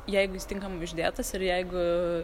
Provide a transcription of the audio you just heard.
jeigu jis tinkamai uždėtas ir jeigu